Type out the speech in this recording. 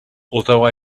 although